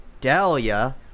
Dahlia